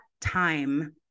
time